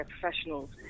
professionals